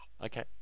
Okay